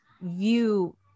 view